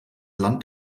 land